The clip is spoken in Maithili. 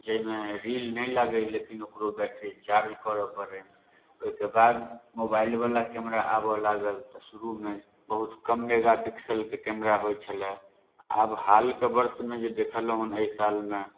जाहिमे रील नहि लागय लेकिन ओकरो बैटरी चार्ज करऽ पड़य ओइके बाद मोबाइलवला कैमरा आबऽ लागल तऽ शुरूमे बहुत कम मेगा पिक्सलके कैमरा होइ छलै आब हालके वर्षमे जे देखलहुँ हन अइ सालमे